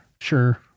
Sure